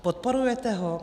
Podporujete ho?